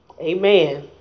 Amen